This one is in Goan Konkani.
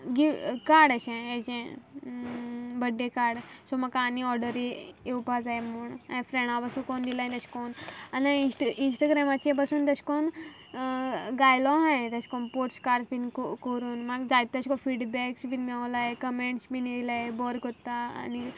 कार्ड एशें हेजें बड्डे कार्ड सो म्हाका आनी ऑर्डरी येवपा जाय म्हूण हांयें फ्रेंडा बासू कोन्न दिल्याय एशें कोन्न आनी हांयें इस्टा इस्टाग्रॅमाचे बसून तेशें कोन्न घायलो आहा हांयें तेशें को पोस्ट कार्ड्स बी कोरून म्हाका जायते तेशे को फिडबॅक्स बी मेवल्याय कमेंट्स बी येयल्याय बोरें कोतता आनी कितें